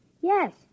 Yes